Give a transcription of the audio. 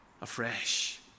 afresh